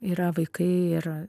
yra vaikai ir